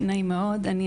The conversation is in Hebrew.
נעים מאוד.